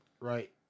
right